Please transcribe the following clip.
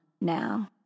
now